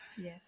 Yes